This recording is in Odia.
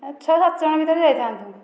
ଛଅ ସାତ ଜଣ ଭିତରେ ଯାଇଥାନ୍ତୁ